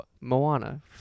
Moana